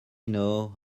know